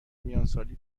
میانسالی